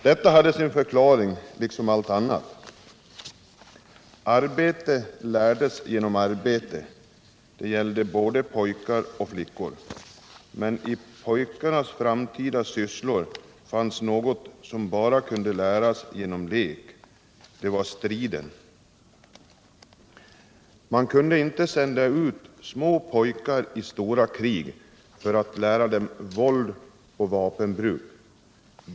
Detta hade sin förklaring liksom allt annat. Arbete lärs genom arbete. Det gäller både pojkar och flickor. Men i pojkarnas framtida sysslor fanns något som bara kunde läras genom lek. Det var striden. Man kunde inte sända ut små pojkar i stora krig för att lära dem våld och vapenbruk.